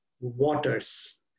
waters